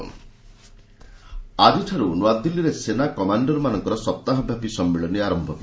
army commander ଆକିଠାରୁ ନୂଆଦିଲ୍ଲୀରେ ସେନା କମାଣ୍ଡରମାନଙ୍କର ସପ୍ତାହବ୍ୟାପୀ ସମ୍ମିଳନୀ ଆରମ୍ଭ ହେବ